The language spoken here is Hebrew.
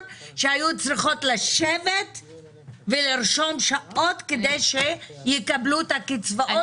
עת היו צריכות לשבת ולרשום שעות כדי שיקבלו את הקצבאות.